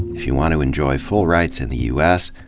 if you want to enjoy full rights in the u s,